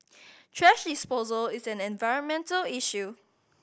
thrash disposal is an environmental issue